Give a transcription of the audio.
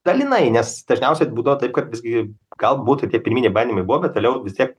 dalinai nes dažniausiai būdavo taip kad visgi galbūt tie pirminiai bandymai buvo bet vėliau vis tiek